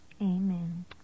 Amen